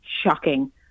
shocking